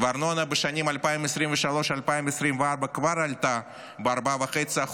והארנונה בשנים 2023 2024 כבר עלתה ב-4.5%,